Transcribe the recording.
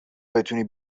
بتونی